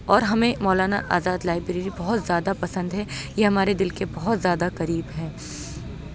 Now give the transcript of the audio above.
اور ہمیں مولانا آزاد لائبریری بہت زیادہ پسند ہے یہ ہمارے دل کے بہت زیادہ قریب ہے